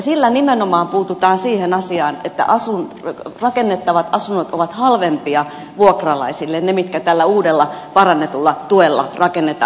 sillä nimenomaan puututaan siihen asiaan että rakennettavat asunnot ovat halvempia vuokralaisille ne mitkä tällä uudella parannetulla tuella rakennetaan